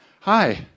hi